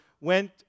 went